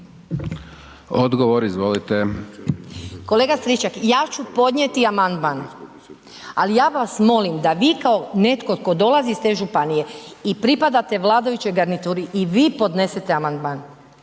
(Nezavisni)** Kolega Stričak, ja ću podnijeti amandman, ali ja vas molim da vi kao netko tko dolazi iz te županije i pripadate vladajućoj garnituri i vi podnesete amandman